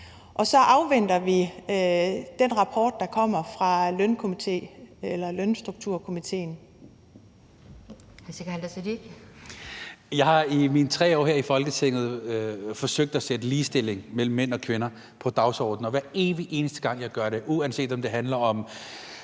Hr. Sikandar Siddique. Kl. 15:06 Sikandar Siddique (FG): Jeg har i mine 3 år her i Folketinget forsøgt at sætte ligestilling mellem mænd og kvinder på dagsordenen, og hver evig eneste gang jeg gør det, uanset om det handler om